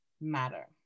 Matter